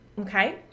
okay